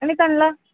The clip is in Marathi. आणि त्यांना